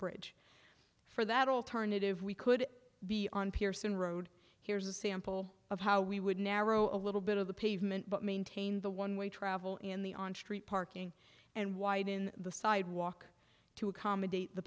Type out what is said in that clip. bridge for that alternative we could be on pearson road here's a sample of how we would narrow a little bit of the pavement but maintain the one way travel in the on street parking and widen the sidewalk to accommodate the